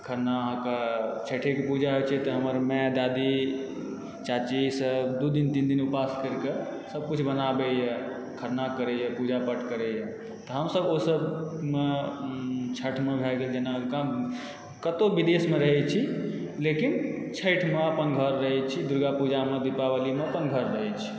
खरना अहाँकेँ छठिके पूजा होइत छै तऽ हमर माँ दादी चाची सब दू दिन तीन दिन उपास करि कऽ सब किछु बनाबइए खरना करइए पूजा पाठ करइए हम सब ओ सबमे छठमे भए गेल जेना कतहुँ विदेशमे रहैत छी लेकिन छठिमे अपन घर रहैत छी दुर्गा पूजामे दीपावलीमे अपन घर रहैत छी